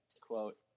quote